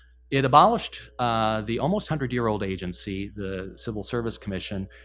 it abolished the almost hundred year old agency, the civil service commission,